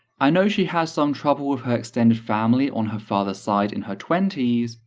i know she had some trouble with her extended family on her father's side in her twenty s,